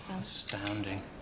Astounding